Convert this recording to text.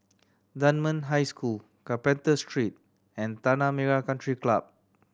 Dunman High School Carpenter Street and Tanah Merah Country Club